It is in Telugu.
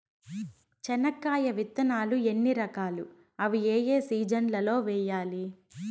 చెనక్కాయ విత్తనాలు ఎన్ని రకాలు? అవి ఏ ఏ సీజన్లలో వేయాలి?